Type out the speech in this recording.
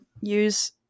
use